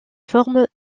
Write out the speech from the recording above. forme